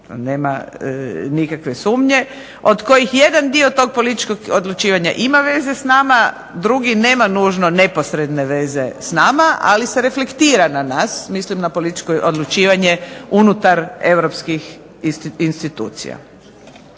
nema nikakve sumnje, od kojih jedan dio tog političkog odlučivanja ima veze s nama, drugi nema nužno neposredno veze s nama, ali se reflektira na nas. Mislim na političko odlučivanje unutar europskih institucija.